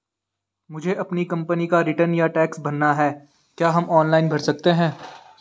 मुझे अपनी कंपनी का रिटर्न या टैक्स भरना है क्या हम ऑनलाइन भर सकते हैं?